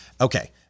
Okay